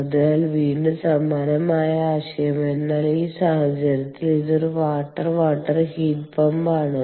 അതിനാൽ വീണ്ടും സമാനമായ ആശയം എന്നാൽ ഈ സാഹചര്യത്തിൽ ഇത് ഒരു വാട്ടർ വാട്ടർ ഹീറ്റ് പമ്പ് ആണ്